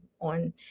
on